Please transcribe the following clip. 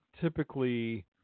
typically